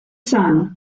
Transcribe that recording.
son